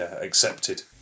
accepted